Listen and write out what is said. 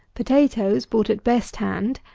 potatoes, bought at best hand,